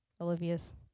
Olivia's